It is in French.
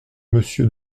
monsieur